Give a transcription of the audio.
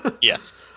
yes